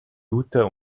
юутай